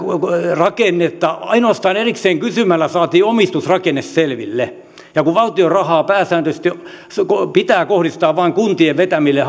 rakennetta ainoastaan erikseen kysymällä saatiin omistusrakenne selville ja kun valtion rahaa pääsääntöisesti pitää kohdistaa vain kuntien vetämille